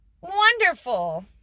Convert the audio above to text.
wonderful